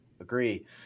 agree